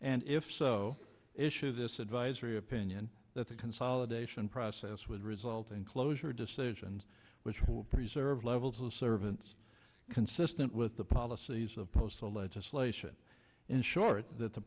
and if so issue this advisory opinion that the consolidation process would result in closure decisions which will preserve levels of servants consistent with the policies of post the legislation in short that the